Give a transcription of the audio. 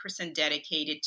dedicated